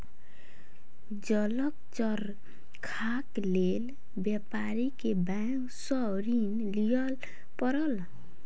जलक चरखाक लेल व्यापारी के बैंक सॅ ऋण लिअ पड़ल